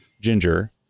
Ginger